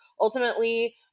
Ultimately